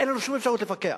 אין לנו שום אפשרות לפקח.